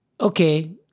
Okay